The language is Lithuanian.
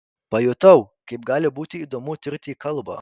pajutau kaip gali būti įdomu tirti kalbą